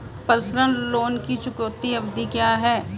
Personal loan की चुकौती अवधि क्या है?